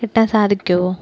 കിട്ടാൻ സാധിക്കുമോ